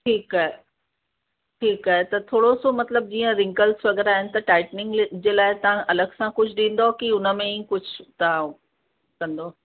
ठीकु आहे ठीकु आहे त थोरो सो मतिलबु जीअं रिंकल्स वग़ैरह आहिनि त टाइटनिंग जे लाइ तव्हां अलॻि सां कुझु ॾींदव की हुन में ई कुझु तव्हां कंदव